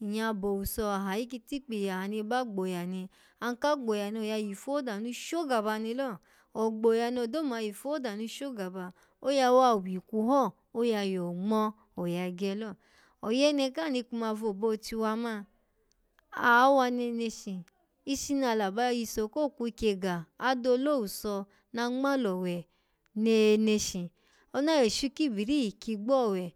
nyya bo owuso ahayi kitikpi aha ni ba gboya ni anka gboya ni oya yifu ya danu shogaba ni lo ogboya no do moya yifu ho ya danu shogaba, oya wa wikwu ho, oya yo ngmo oya gye lo oyene ka ni kuma vo bauchi wa man, awa neneshi, ishi nala ba iso ko kwukye ga, adole owuso na ngmalowe neneshi, ona yoshu kibiri yi kyigbo owe.